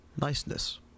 Niceness